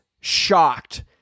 shocked